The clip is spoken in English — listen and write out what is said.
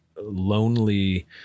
lonely